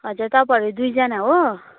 हजुर तपाईँहरू दुईजना हो